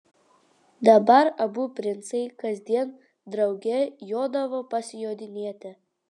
dabar abu princai kasdien drauge jodavo pasijodinėti